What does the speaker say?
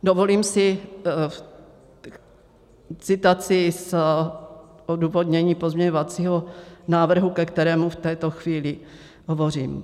Dovolím si citaci z odůvodnění pozměňovacího návrhu, ke kterému v této chvíli hovořím: